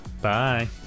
Bye